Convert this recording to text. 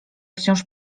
wciąż